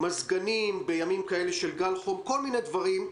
מזגנים בימים כאלה של גל חום כל מיני דברים.